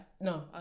No